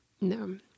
No